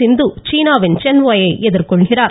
சிந்து சீனாவின் சென் ஒய் ஐ எதிர்கொள்கிறார்